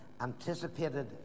anticipated